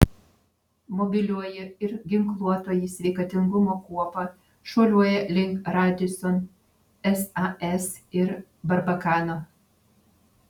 mobilioji ir ginkluotoji sveikatingumo kuopa šuoliuoja link radisson sas ir barbakano